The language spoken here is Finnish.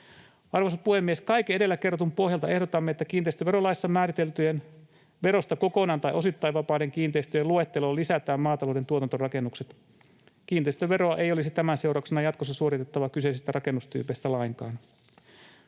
Arvoisa puhemies! Kaiken edellä kerrotun pohjalta ehdotamme, että kiinteistöverolaissa määriteltyjen, verosta kokonaan tai osittain vapaiden kiinteistöjen luetteloon lisätään maatalouden tuotantorakennukset. Kiinteistöveroa ei olisi tämän seurauksena jatkossa suoritettava kyseisistä rakennustyypeistä lainkaan.